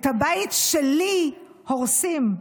את הבית שלי הורסים.